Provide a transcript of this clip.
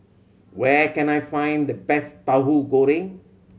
where can I find the best Tauhu Goreng